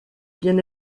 bien